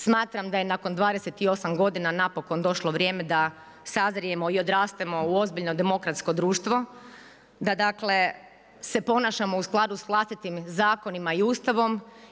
Smatram da je nakon 28 g. napokon došlo vrijeme da sazrijemo i odrastemo u ozbiljno demokratsko društvo, da se ponašamo u skladu sa vlastitim zakonom i Ustavom.